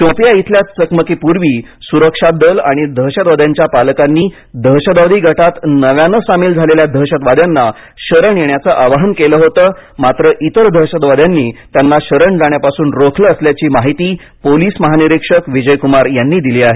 शोपियां इथल्या चकमकीपूर्वी सुरक्षा दल आणि दहशतवाद्याच्या पालकांनी दहशतवादी गटात नव्यानं सामील झालेल्या दहशतवाद्यांना शरण येण्याचं आवाहन केलं होतं मात्र इतर दहशतवाद्यांनी त्यांना शरण जाण्यापासून रोखलं असल्याची माहिती पोलीस महानिरीक्षक विजय कुमार यांनी दिली आहे